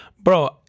Bro